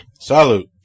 salute